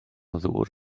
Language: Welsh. ddŵr